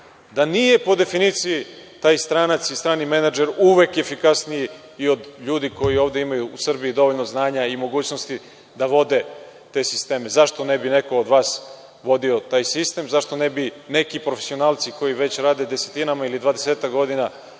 da nije po definiciji taj stranac i strani menadžer uvek efikasniji i od ljudi koji imaju ovde u Srbiji dovoljno znanja i mogućnosti da vode te sisteme. Zašto ne bi neko od vas vodio taj sistem? Zašto ne bi neki profesionalci, koji već rade, desetinama ili 20-ak godina